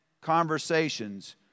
conversations